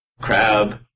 crab